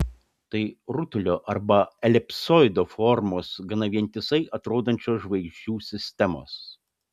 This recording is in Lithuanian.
tai rutulio arba elipsoido formos gana vientisai atrodančios žvaigždžių sistemos